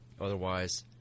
Otherwise